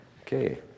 Okay